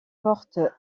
portes